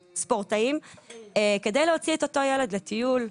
לספורטאים כדי להוציא את אותו ילד לטיול,